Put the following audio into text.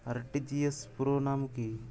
RTGS পুরো নাম কি?